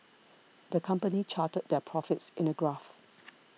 the company charted their profits in a graph